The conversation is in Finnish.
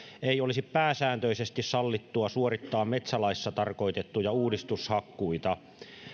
ei olisi pääsääntöisesti sallittua suorittaa metsälaissa tarkoitettuja uudistushakkuita